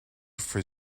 for